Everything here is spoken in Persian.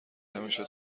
همیشه